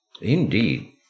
indeed